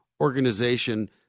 organization